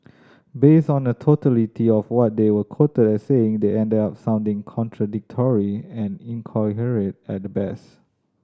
based on the totality of what they were quoted as saying they ended up sounding contradictory and incoherent at the best